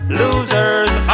losers